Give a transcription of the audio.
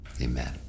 Amen